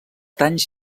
danys